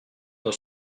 dans